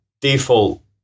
default